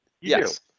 Yes